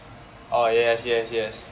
ah yes yes yes